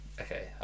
Okay